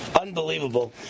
Unbelievable